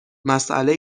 مسئله